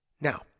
Now